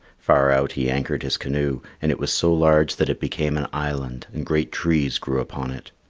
far out he anchored his canoe and it was so large that it became an island, and great trees grew upon it.